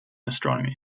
astronomy